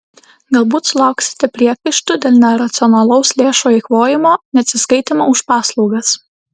galbūt sulauksite priekaištų dėl neracionalaus lėšų eikvojimo neatsiskaitymo už paslaugas